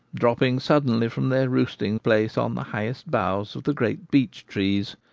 dropping suddenly from their roosting-place on the highest boughs of the great beech-trees,